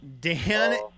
Dan